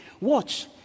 Watch